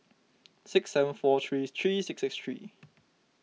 six seven four three three six six three